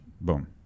Boom